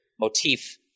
motif